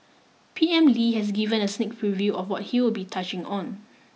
P M Lee has given a sneak preview of what he'll be touching on